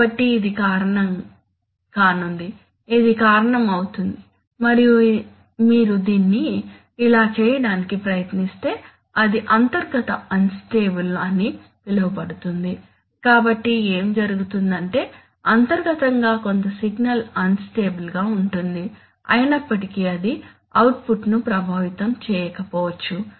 కాబట్టి ఇది కారణం కానుంది ఇది కారణం అవుతుంది మరియు మీరు దీన్ని ఇలా చేయటానికి ప్రయత్నిస్తే అది అంతర్గతంగా అన్ స్టేబుల్ అని పిలువబడుతుంది కాబట్టి ఏమి జరుగుతుంది అంటే అంతర్గతంగా కొంత సిగ్నల్ అన్ స్టేబుల్ గా ఉంటుంది అయినప్పటికీ అది అవుట్పుట్ను ప్రభావితం చేయకపోవచ్చు